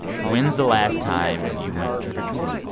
when's the last time you went trick-or-treating,